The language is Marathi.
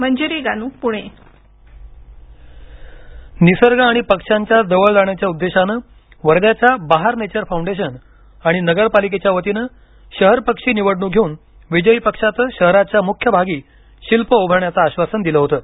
शहर पक्षी निसर्ग आणि पक्ष्यांच्या जवळ जाण्याच्या उद्देशाने वध्याच्या बहार नेचर फाउंडेशन आणि नगरपालिकेच्यावतीने शहर पक्षी निवडणूक घेऊन विजयी पक्ष्याचं शहराच्या मुख्यभागी शिल्प उभारण्याचे आश्वासन दिलं होतं